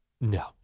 No